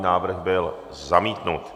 Návrh byl zamítnut.